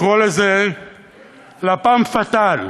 לקרוא לזה "לפ"מ פטאל",